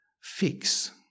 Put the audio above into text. fix